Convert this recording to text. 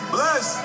Bless